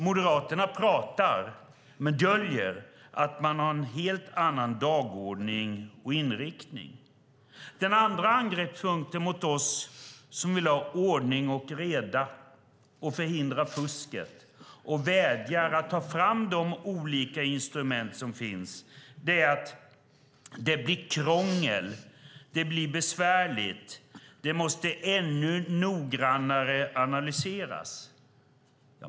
Moderaterna pratar men döljer att de har en helt annan dagordning och inriktning. Den andra angreppspunkten mot oss som vill ha ordning och reda och förhindra fusket, och vädjar om att ta fram de olika instrument som finns, är att det blir krångel, det blir besvärligt, det måste ännu noggrannare analyseras.